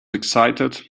excited